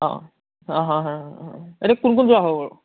অ' অ' হ হ হ এতিয়া কোন কোন যোৱা হ'ব